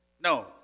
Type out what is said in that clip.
No